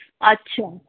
अच्छा